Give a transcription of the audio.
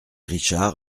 richard